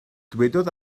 dywedodd